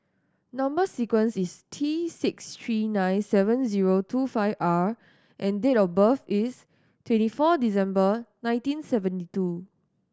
number sequence is T six three nine seven zero two five R and date of birth is twenty four December nineteen seventy two